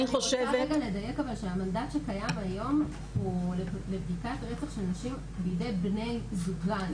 אני רוצה רגע לדייק שהמנדט שיש היום לבדיקת רצח של נשים בידי בני זוגן.